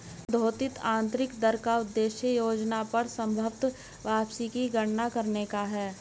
संशोधित आंतरिक दर का उद्देश्य योजना पर संभवत वापसी की गणना करने का है